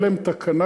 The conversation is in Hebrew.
תהיה להם תקנה,